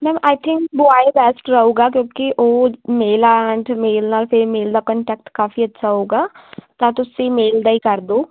ma'am I think boy best ਰਹੂਗਾ ਕਿਉਂਕਿ ਉਹ ਮੇਲ ਆ ਐਂਡ ਮੇਲ ਨਾਲ ਫਿਰ ਮੇਲ ਦਾ ਕੰਟੈਕਟ ਕਾਫੀ ਅੱਛਾ ਹੋਊਗਾ ਤਾਂ ਤੁਸੀਂ ਮੇਲ ਦਾ ਹੀ ਕਰ ਦਓ